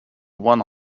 one